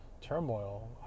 turmoil